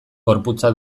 gorputza